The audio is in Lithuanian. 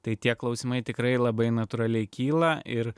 tai tie klausimai tikrai labai natūraliai kyla ir